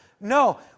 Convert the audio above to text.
No